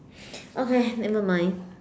okay nevermind